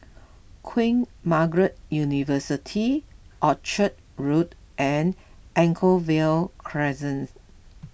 Queen Margaret University Orchard Road and Anchorvale Crescent